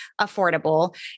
affordable